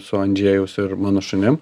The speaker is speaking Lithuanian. su andžejaus ir mano šunim